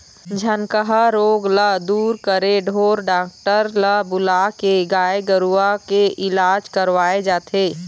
झनकहा रोग ल दूर करे ढोर डॉक्टर ल बुलाके गाय गरुवा के इलाज करवाय जाथे